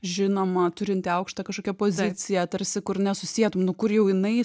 žinoma turinti aukštą kažkokią poziciją tarsi kur nesusietum nu kur jau jinai